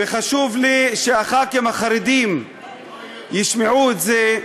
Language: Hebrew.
וחשוב לי שחברי הכנסת החרדים ישמעו את זה,